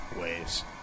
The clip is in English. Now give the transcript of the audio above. Waves